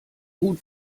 gut